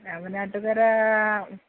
Ramanattukara